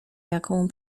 jaką